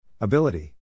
Ability